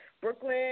Brooklyn